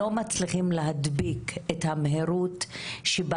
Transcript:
לא מצליחים להדביק את המהירות שבה